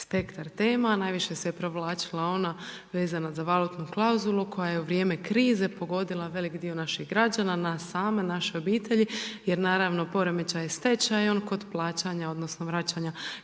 spektar tema, najviše se provlačila ona vezana za valutnu klauzulu koja je u vrijeme krize pogodila velik dio naših građana, nas same, naše obitelji jer naravno, poremećaj je s tečajom kod plaćanja odnosno vraćanja